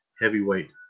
Heavyweight